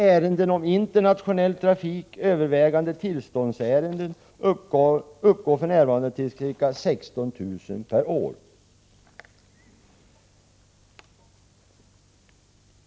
Ärenden om internationell trafik, övervägande tillståndsärenden, uppgår för närvarande till ca 16 000 om året.